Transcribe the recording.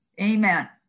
Amen